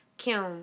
Kim